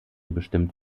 bestimmt